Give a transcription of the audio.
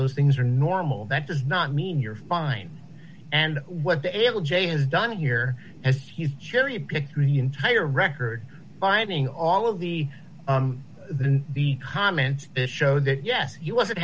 those things are normal that does not mean you're fine and what the able jay has done here as he's cherry picked through the entire record finding all of the then the comment to show that yes you wasn't